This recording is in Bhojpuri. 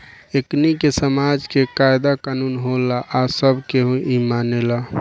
एकनि के समाज के कायदा कानून होला आ सब केहू इ मानेला